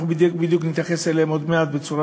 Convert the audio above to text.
עוד מעט אנחנו נתייחס אליהם במיוחד.